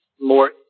more